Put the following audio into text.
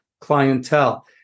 clientele